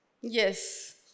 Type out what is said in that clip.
Yes